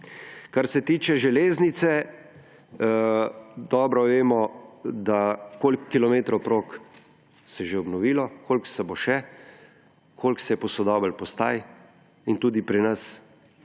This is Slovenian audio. Kar se tiče železnice, dobro vemo, koliko kilometrov prog se je že obnovilo, koliko se bo še, koliko se je posodobilo postaj. Tudi pri nas se